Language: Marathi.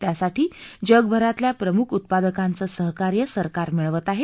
त्यासाठी जगभरातल्या प्रमुख उत्पादकांचं सहकार्य सरकार मिळवत आहे